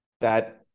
that-